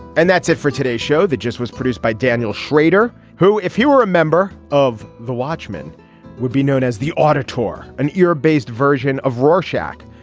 and that's it for today's show that just was produced by daniel schrader who if he were a member of the watchmen would be known as the auto tour an era based version of roar shack.